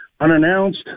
unannounced